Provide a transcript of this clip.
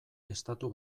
estatu